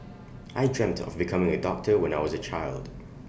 I dreamt of becoming A doctor when I was A child